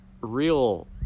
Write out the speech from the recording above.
real